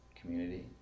community